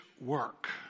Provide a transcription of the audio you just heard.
work